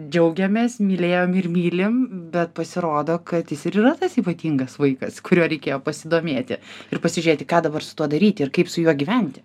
džiaugėmės mylėjom ir mylim bet pasirodo kad jis ir yra tas ypatingas vaikas kuriuo reikėjo pasidomėti ir pasižiūrėti ką dabar su tuo daryti ir kaip su juo gyventi